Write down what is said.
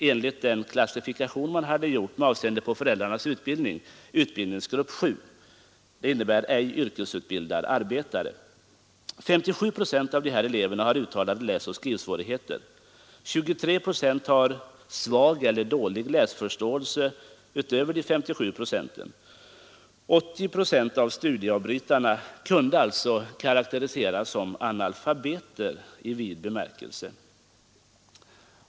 Enligt den klassifikation man hade gjort med avseende på föräldrarnas utbildning kom barnen från hem där föräldrarna tillhörde utbildningsgrupp 7, vilket innebär ej yrkesutbildad arbetare. 57 procent av de här eleverna har uttalade läsoch skrivsvårigheter, 23 procent utöver de 57 procenten har svag eller dålig läsförståelse. 80 procent av studieavbrytarna kunde alltså karakteriseras som analfabeter i vid bemärkelse.